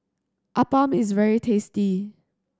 Appam is very tasty